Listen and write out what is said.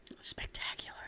Spectacular